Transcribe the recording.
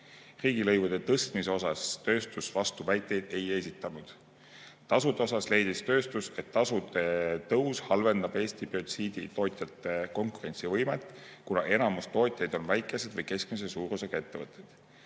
Riigilõivude tõstmisele tööstus vastuväiteid ei esitanud. Tasude kohta leidis tööstus, et tasude tõus halvendab Eesti biotsiiditootjate konkurentsivõimet, kuna enamus tootjaid on väikese või keskmise suurusega ettevõtted.